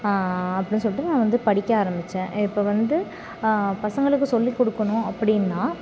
அப்படின்னு சொல்லிட்டு நான் வந்து படிக்க ஆரம்பித்தேன் இப்போ வந்து பசங்களுக்குச் சொல்லிக் கொடுக்கணும் அப்படின்னா